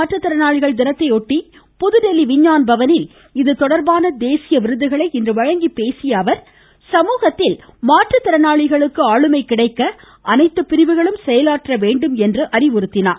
மாற்றுத்திறனாளிகள் தினத்தையொட்டி புதுதில்லி விஞ்ஞான் சர்வதேச பவனில் இதுதொடர்பான தேசிய விருதுகளை இன்று வழங்கி பேசிய அள் சமூகத்தில் மாற்றுத்திறனாளிகளுக்கு ஆளுமை கிடைக்க அனைத்து பிரிவுகளும் செயலாற்ற வேண்டும் என்று அறிவுறுத்தினார்